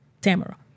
Tamara